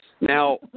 Now